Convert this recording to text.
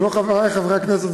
זה לא חברַי חברי הכנסת,